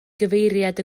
gyfeiriad